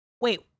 Wait